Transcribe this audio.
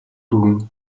дүүрэн